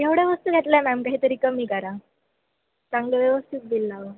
एवढ्या वस्तू घेतल्या मॅम काहीतरी कमी करा चांगलं व्यवस्थित बिल लावा